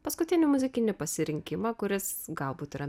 paskutinį muzikinį pasirinkimą kuris galbūt yra